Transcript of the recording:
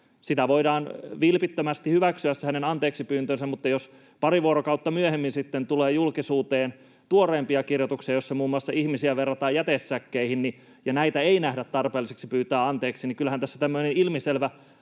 niin voidaan vilpittömästi hyväksyä se hänen anteeksipyyntönsä, mutta jos pari vuorokautta myöhemmin sitten tulee julkisuuteen tuoreempia kirjoituksia, joissa muun muassa verrataan ihmisiä jätesäkkeihin ja joita ei nähdä tarpeelliseksi pyytää anteeksi, niin kyllähän tässä tämmöinen ilmiselvä